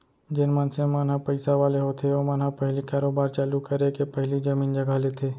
जेन मनसे मन ह पइसा वाले होथे ओमन ह पहिली कारोबार चालू करे के पहिली जमीन जघा लेथे